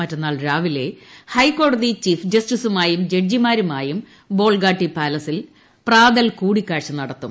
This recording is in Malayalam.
മറ്റന്നാൾ രാവിലെ ഹൈക്കോടതി ചീഫ് ജസ്റ്റിസുമായും ജഡ്ജിമാരുമായും ബോൾഗാട്ടി പാലസിൽ പ്രാതൽ കൂടിക്ക്കാഴ്ച നടത്തും